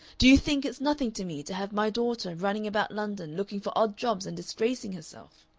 do you think it's nothing to me to have my daughter running about london looking for odd jobs and disgracing herself?